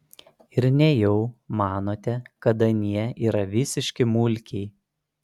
ir nejau manote kad anie yra visiški mulkiai